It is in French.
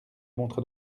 montre